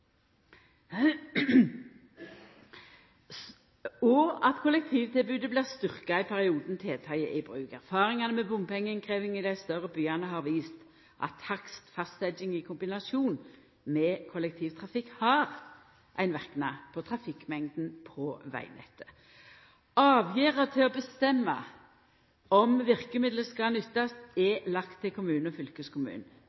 og at kollektivtilbodet blir styrkt i perioden tiltaket er i bruk. Erfaringane med bompengeinnkrevjing i dei større byane har vist at takstfastsetjing i kombinasjon med kollektivtrafikk har ein verknad på trafikkmengda på vegnettet. Avgjerda til å bestemme om verkemidlet skal nyttast,